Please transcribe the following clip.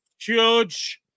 Huge